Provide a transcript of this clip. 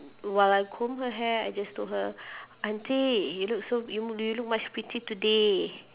while I comb her hair I just told her auntie you look so you you look much pretty today